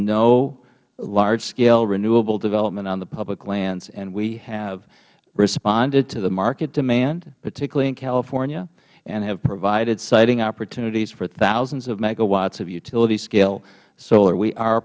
no largescale renewable development on the public lands and we have responded to the market demand particularly in california and have provided siting opportunities for thousands of megawatts of utility scale so we are